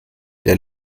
der